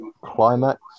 Climax